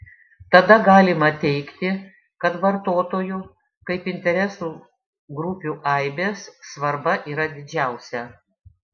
tada galima teigti kad vartotojų kaip interesų grupių aibės svarba yra didžiausia